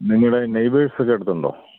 നിങ്ങളുടെ നേയ്ബേഴ്സൊക്കെ അടുത്തുണ്ടോ